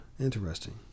interesting